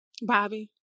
Bobby